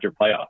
playoff